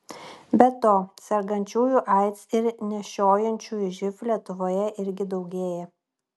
be to sergančiųjų aids ir nešiojančiųjų živ lietuvoje irgi daugėja